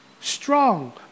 strong